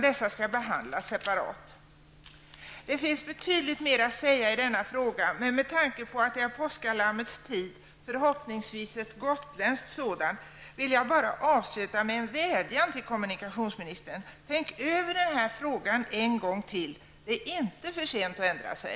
Dessa skall behandlas separat. Det finns betydligt mer att säga i denna fråga, men med tanke på att det är påskalammets tid — förhoppningsvis ett gotländskt sådant — vill jag bara avsluta med en vädjan till kommunikationsministern: Tänk över den här frågan en gång till! Det är inte för sent att ändra sig.